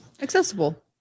Accessible